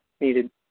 needed